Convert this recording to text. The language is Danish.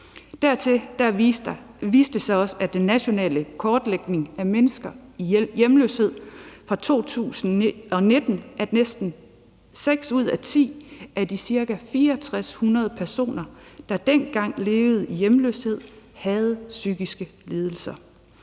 Derudover viste den nationale kortlægning af mennesker i hjemløshed fra 2019, at næsten seks ud af ti af de ca. 6.400 personer, der dengang levede i hjemløse, havde psykiske lidelser.